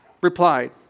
replied